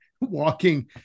walking